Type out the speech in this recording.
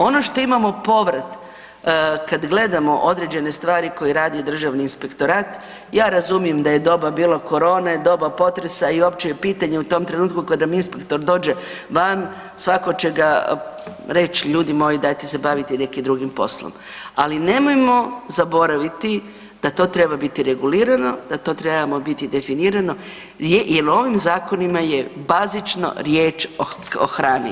Ono što imamo povrh kad gledamo određene stvari koje radi Državni inspektorat, ja razumijem da je doba bilo korone, doba potresa i opće je pitanje u tom trenutku kada vam inspektor dođe van, svakako će reć ljudi moji, dajte se bavite nekim drugim poslom, ali nemojmo zaboraviti da to treba biti regulirano, da to treba biti definirano jer ovim zakonima je bazična riječ o hrani.